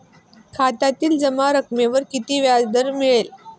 खात्यातील जमा रकमेवर किती व्याजदर मिळेल?